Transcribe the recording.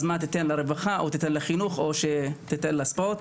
אז תיתן לרווחה או תיתן לחינוך או תיתן לספורט.